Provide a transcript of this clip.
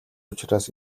учраас